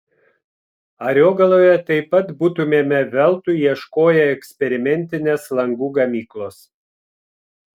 ariogaloje taip pat būtumėme veltui ieškoję eksperimentinės langų gamyklos